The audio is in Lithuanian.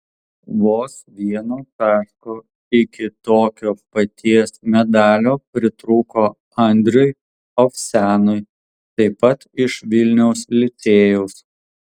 vos vieno taško iki tokio paties medalio pritrūko andriui ovsianui taip pat iš vilniaus licėjaus